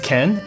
Ken